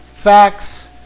Facts